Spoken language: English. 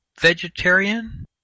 vegetarian